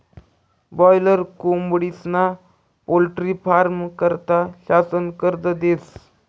boiler कोंबडीस्ना poultry फारमं करता शासन कर्ज देस